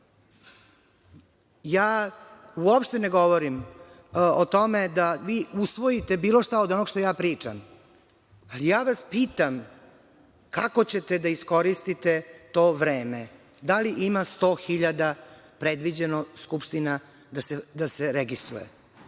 vremena. Uopšte ne govorim o tome da vi usvojite bilo šta od onog što pričam, ali vas pitam kako ćete da iskoristite to vreme? Da li ima 100.000 predviđenih skupština da se registruje?